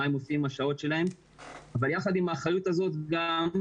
מה הם עושים עם השעות שלהם ויחד עם האחריות הזאת גם,